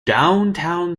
downtown